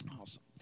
Awesome